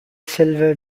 silver